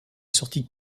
sortit